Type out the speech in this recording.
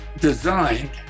designed